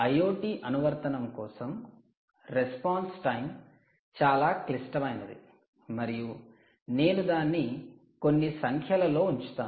IoT అనువర్తనం కోసం response time చాలా క్లిష్టమైనది మరియు నేను దాన్ని కొన్ని సంఖ్యల లో ఉంచుతాను